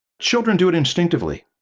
children do it instinctively,